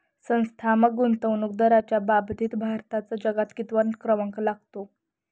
संस्थात्मक गुंतवणूकदारांच्या बाबतीत भारताचा जगात कितवा क्रमांक लागतो?